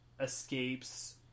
escapes